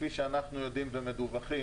כפי שאנחנו יודעים ומדווחים,